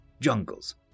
jungles